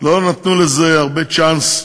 לא נתנו לזה הרבה צ'אנס,